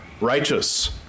righteous